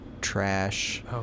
trash